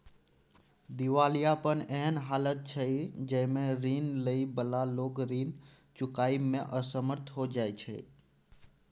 दिवालियापन एहन हालत छइ जइमे रीन लइ बला लोक रीन चुकाबइ में असमर्थ हो जाइ छै